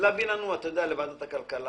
ולהביא לנו לוועדת הכלכלה.